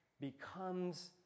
becomes